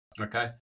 okay